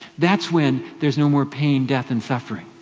that's when there's no more pain, death, and suffering.